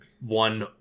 one